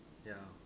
ya